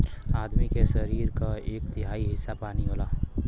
आदमी के सरीर क एक तिहाई हिस्सा पानी होला